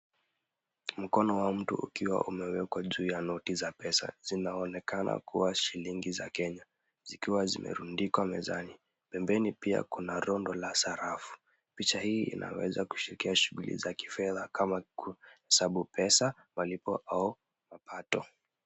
Mkono wa mtu ukiwa umewekwa juu ya noti za pesa zinaonekana kua ni shilingi za Kenya zikiwa zimerundikwa mezani. Pembeni pia kuna la rondo la sarafu. Picha hii inaweza kushikia shughuli za kifedha kama kuhesabu pesa malipo au mapato.